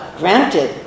granted